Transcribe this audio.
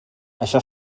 això